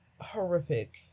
horrific